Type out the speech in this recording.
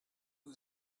who